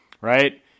right